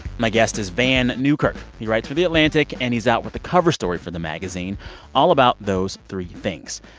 my guest is vann newkirk. he writes for the atlantic, and he's out with the cover story for the magazine all about those three things.